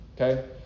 Okay